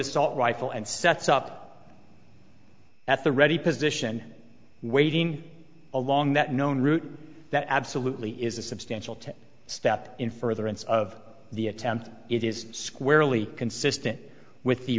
assault rifle and sets up at the ready position waiting along that known route that absolutely is a substantial to step in furtherance of the attempt it is squarely consistent with the